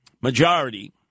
majority